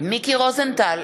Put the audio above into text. מיקי רוזנטל,